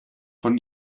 von